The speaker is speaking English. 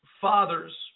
fathers